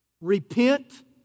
repent